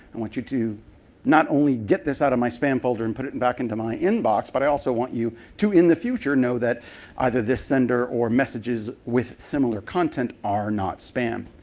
want you to not only get this out of my spam folder and put it and back into my in box, but i also want you to, in the future, know that either this sender or messages with similar content are not spam.